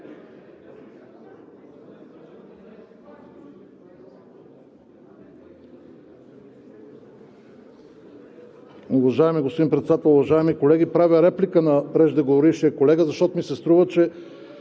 Уважаеми господин Председател, уважаеми колеги! Правя реплика на преждеговорившия колега, защото ми се струва, че